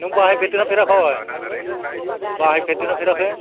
नों बाहायफेरदोंना फेराखै बाहायफेरदोंना फेराखै